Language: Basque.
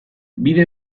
bide